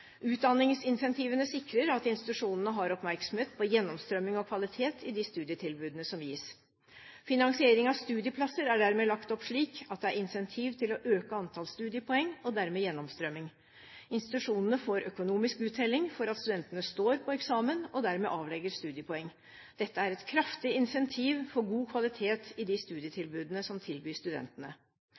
sikrer at institusjonene har oppmerksomhet på gjennomstrømming og kvalitet i de studietilbudene som gis. Finansiering av studieplasser er dermed lagt opp slik at det er incentiv til å øke antall studiepoeng og dermed gjennomstrømming. Institusjonene får økonomisk uttelling for at studentene står på eksamen, og dermed avlegger studiepoeng. Dette er et kraftig incentiv for god kvalitet i de studietilbudene som tilbys studentene.